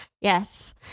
yes